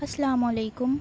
السلام علیکم